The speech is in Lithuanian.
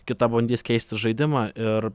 kita bandys keisti žaidimą ir